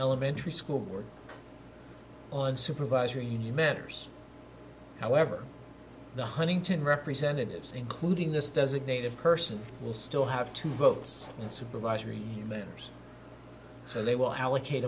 elementary school board on supervisory new mentors however the huntington representatives including this designated person will still have to vote in supervisory matters so they will allocate